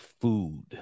food